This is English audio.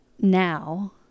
now